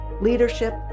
leadership